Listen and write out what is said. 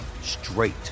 straight